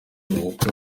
ubukwe